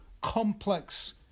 complex